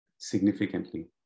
Significantly